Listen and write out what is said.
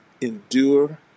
endure